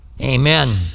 Amen